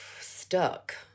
stuck